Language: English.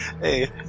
Hey